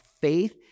faith